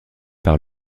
par